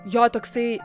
jo toksai